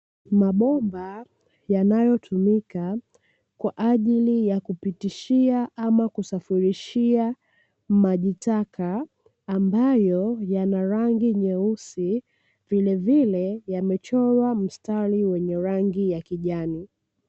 Mabomba yanayotumika kwa ajili ya kupitishia ama kusafirishia majitaka ambayo yana rangi nyeusi, vilevile yamechorwa mstari wenye rangi ya kijani.